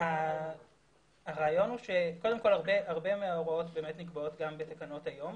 הרבה מההוראות נקבעות היום גם בתקנות.